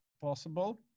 possible